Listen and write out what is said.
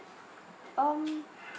um